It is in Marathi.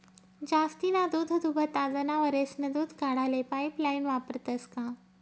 जास्तीना दूधदुभता जनावरेस्नं दूध काढाले पाइपलाइन वापरतंस का?